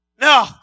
No